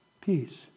peace